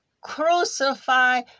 crucify